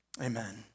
Amen